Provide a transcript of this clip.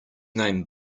name